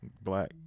black